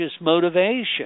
motivation